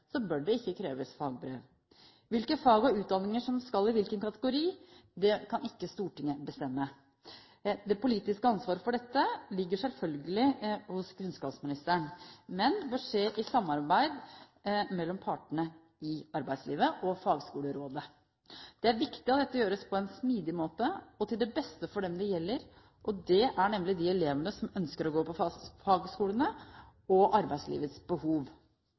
Så fremt søkeren kan forventes å mestre fagskolenes utfordringer med en annen bakgrunn, f.eks. generell studiekompetanse, bør det ikke kreves fagbrev. Hvilke fag og utdanninger som skal i hvilken kategori, kan ikke Stortinget bestemme. Det politiske ansvaret for dette ligger selvfølgelig hos kunnskapsministeren, men bør være i samarbeid med partene i arbeidslivet og fagskolerådet. Det er viktig at dette gjøres på en smidig måte og til det beste for dem det gjelder – nemlig de elevene som ønsker å gå på fagskolene, og arbeidslivets